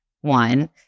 One